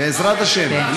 בעזרת השם.